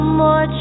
more